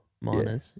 Miners